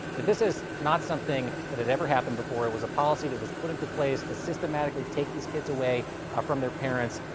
that this is not something that had ever happened before. it was a policy that was put into place to systematically take these kids away from their parents.